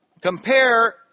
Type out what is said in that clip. Compare